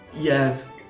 Yes